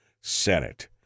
Senate